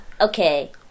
Okay